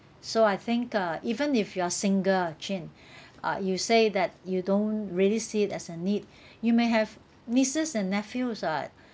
so I think uh even if you are single Ching uh you say that you don't really see it as a need you may have nieces and nephews [what]